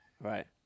right